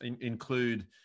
include